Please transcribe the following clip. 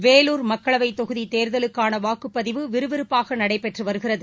வேலூர் மக்களவை தொகுதி தேர்தலுக்கான வாக்குப்பதிவு விறுவிறுப்பாக நடைபெற்று வருகிறது